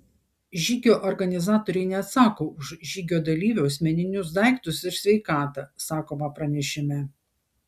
žygio organizatoriai neatsako už žygio dalyvių asmeninius daiktus ir sveikatą sakoma pranešime